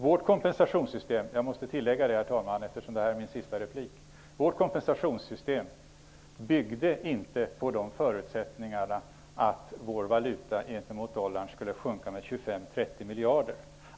Herr talman! Eftersom detta är min sista replik måste jag tillägga att vårt kompensationssystem inte byggde på förutsättningen att vår valuta skulle sjunka gentemot dollarn med 25--30 miljarder.